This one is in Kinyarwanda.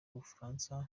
bufaransa